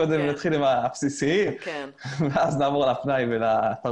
קודם נתחיל עם השירותים הבסיסיים ואז נעבור לפנאי ולתרבות.